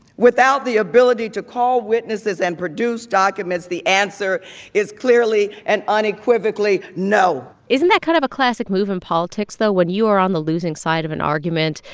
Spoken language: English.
without the ability to call witnesses and produce documents, the answer is clearly and unequivocally no isn't that kind of a classic move in politics, though? when you are on the losing side of an argument,